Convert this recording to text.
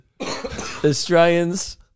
Australians